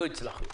לא הצלחנו.